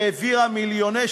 לצערי,